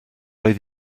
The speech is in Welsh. oedd